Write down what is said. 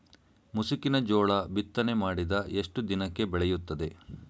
ಮುಸುಕಿನ ಜೋಳ ಬಿತ್ತನೆ ಮಾಡಿದ ಎಷ್ಟು ದಿನಕ್ಕೆ ಬೆಳೆಯುತ್ತದೆ?